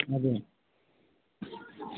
हजुर